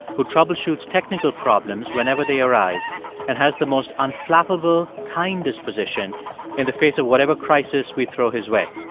who troubleshoots technical problems whenever they arise and has the most unflappable, kind disposition in the face of whatever crisis we throw his way.